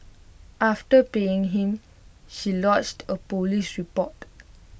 after paying him she lodged A Police report